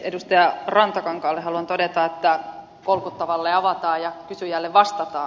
edustaja rantakankaalle haluan todeta että kolkuttavalle avataan ja kysyjälle vastataan